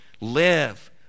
live